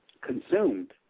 consumed